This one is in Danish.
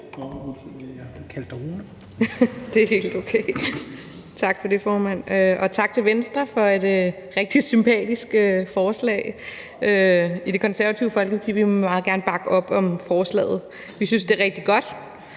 Scheelsbeck (KF): Det er helt okay, tak for det, formand. Og tak til Venstre for et rigtig sympatisk forslag. I Det Konservative Folkeparti vil vi meget gerne bakke op om forslaget. Vi synes, det er rigtig godt,